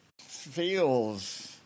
feels